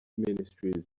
ministries